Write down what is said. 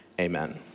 amen